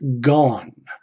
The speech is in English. gone